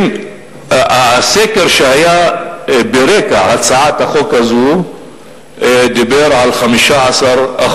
אם הסקר שהיה ברקע הצעת החוק הזאת דיבר על 15%,